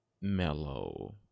mellow